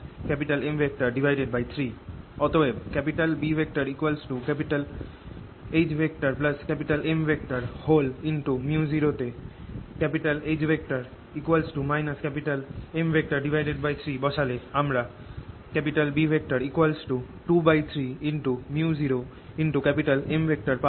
অতএব B µ0HM তে H M3 বসালে আমরা B 23µ0M পাব